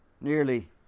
nearly